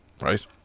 right